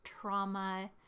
trauma